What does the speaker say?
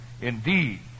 Indeed